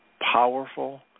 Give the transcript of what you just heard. powerful